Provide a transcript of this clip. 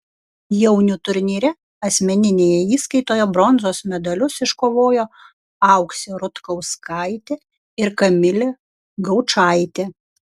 jaunių turnyre asmeninėje įskaitoje bronzos medalius iškovojo auksė rutkauskaitė ir kamilė gaučaitė